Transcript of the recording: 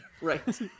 Right